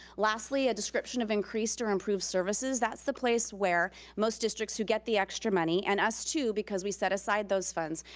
lastly, a description of increased or improved services. that's the place where most districts who get the extra money, and us, too, because we set aside those funds,